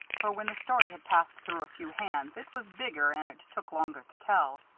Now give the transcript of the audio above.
for when the story had passed through a few hands it was bigger and it took longer to tell.